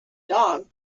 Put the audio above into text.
dog